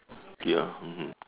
ya mmhmm